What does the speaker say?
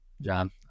John